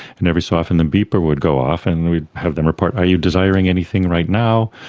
and every so often the beeper would go off and we'd have them report are you desiring anything right now?